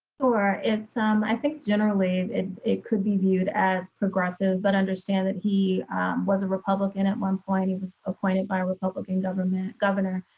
it's um i think generally and it could be viewed as progressive, but understand that he was a republican at one point. he was appointed by a republican government, governor.